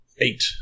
Eight